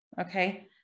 Okay